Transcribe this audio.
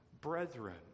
brethren